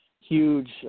huge